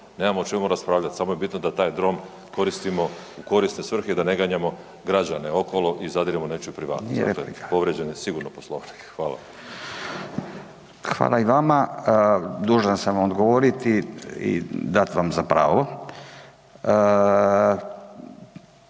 nemamo o čemu raspravljati, samo je bitno da taj dron koristimo u korisne svrhe i da ne ganjamo građane okolo i zadiremo u nečiju privatnost …/Upadica: Nije replika./… povrijeđen je sigurno Poslovnik. Hvala. **Radin, Furio (Nezavisni)** Hvala i vama. Dužan sam odgovoriti i dat vam za pravo,